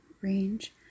Range